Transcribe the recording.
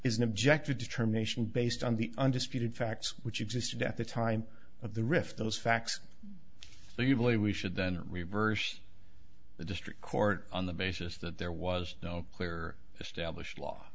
is an objective determination based on the undisputed facts which existed at the time of the rift those facts do you believe we should then reverse the district court on the basis that there was no clear established law